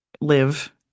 live